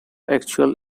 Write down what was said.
actual